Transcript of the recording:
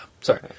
Sorry